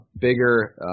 bigger